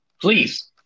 please